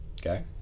okay